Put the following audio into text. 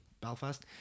belfast